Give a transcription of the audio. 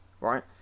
right